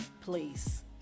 Please